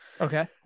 okay